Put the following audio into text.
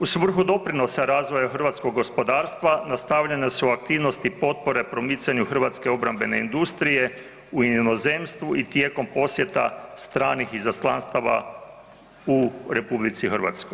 U svrhu doprinosa razvoja hrvatskog gospodarstva nastavljene su aktivnosti potpore promicanju hrvatske obrambene industrije u inozemstvu i tijekom posjeta stranih izaslanstava u RH.